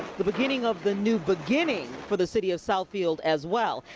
the beginning of the new beginning for the city of southfield as well,